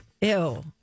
ew